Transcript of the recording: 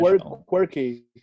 quirky